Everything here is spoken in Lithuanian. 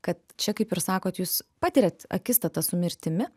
kad čia kaip ir sakot jūs patiriat akistatą su mirtimi